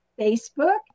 Facebook